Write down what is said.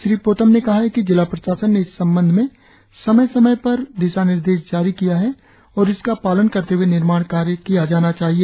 श्री पोतम ने कहा है कि जिला प्रशासन ने इस संबंद्ध मे समय समय पर दिशानिर्देश जारी किया है और इसका पालन करते हुए निर्माणकार्य किया जाना चाहिए